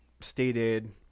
stated